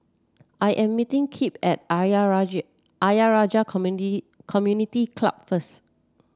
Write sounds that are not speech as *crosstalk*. I am meeting Kip at Ayer Rajah Ayer Rajah *unintelligible* Community Club first